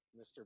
Mr